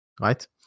right